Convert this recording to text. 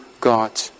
God